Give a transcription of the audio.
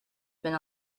been